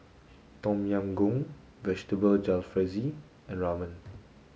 Tom Yam Goong Vegetable Jalfrezi and Ramen